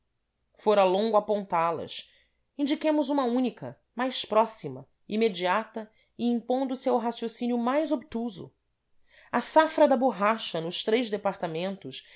atravessada fora longo apontá las indiquemos uma única mais próxima imediata e impondo se ao raciocínio mais obtuso a safra da borracha nos três departamentos